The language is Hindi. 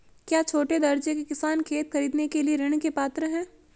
क्या छोटे दर्जे के किसान खेत खरीदने के लिए ऋृण के पात्र हैं?